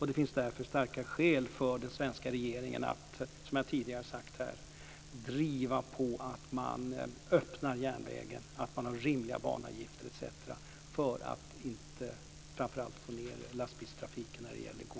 Det finns därför starka skäl för den svenska regeringen att driva på att man öppnar järnvägen, har rimliga banavgifter etc.